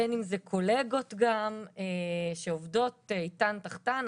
בין אם זה קולגות גם שעובדות איתם או תחתיהם,